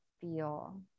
feel